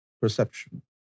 perception